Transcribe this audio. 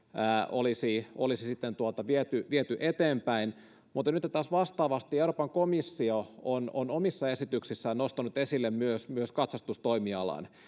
olisi olisi viety viety eteenpäin mutta nytten taas vastaavasti euroopan komissio on on omissa esityksissään nostanut esille myös myös katsastustoimialan